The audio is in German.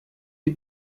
die